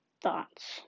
thoughts